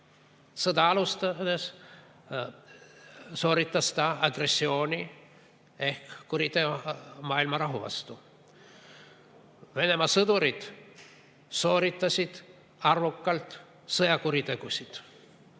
Sõda alustades sooritas ta agressiooni ehk kuriteo maailma rahu vastu. Venemaa sõdurid on sooritanud arvukalt sõjakuritegusid.